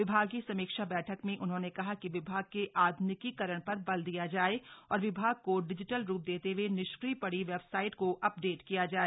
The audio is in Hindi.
विभागीय समीक्षा बैठक में उन्होंने कहा कि विभाग के आध्निकीकरण पर बल दिया जाए और विभाग को डिजिटल रूप देते हए निष्क्रिय पड़ी वेबसाइट को अपडेट किया जाए